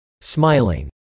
Smiling